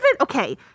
Okay